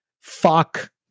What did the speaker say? Fuck